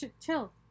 chill